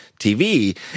TV